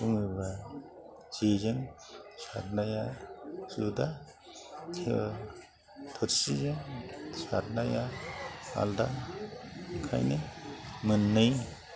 बुङोबा जेजों सारनाया जुदा थोरसिजों सारनाया आलदा ओंखायनो मोननै